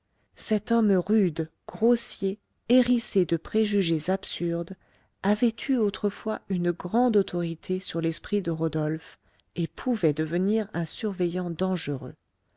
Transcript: cet homme rude grossier hérissé de préjugés absurdes avait eu autrefois une grande autorité sur l'esprit de rodolphe et pouvait devenir un surveillant dangereux